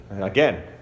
Again